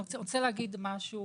אני רוצה להגיד משהו